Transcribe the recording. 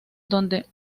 donde